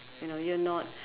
you know you're not